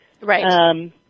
Right